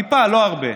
טיפה, לא הרבה.